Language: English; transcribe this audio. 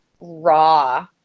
raw